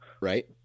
right